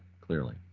clearly